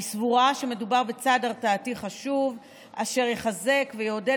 אני סבורה שמדובר בצעד הרתעתי חשוב אשר יחזק ויעודד